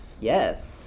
Yes